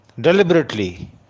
deliberately